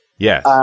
Yes